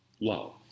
Love